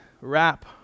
wrap